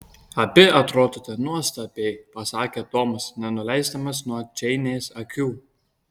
abi atrodote nuostabiai pasakė tomas nenuleisdamas nuo džeinės akių